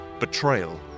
Betrayal